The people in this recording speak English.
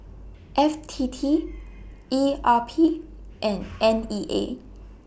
F T T E R P and N E A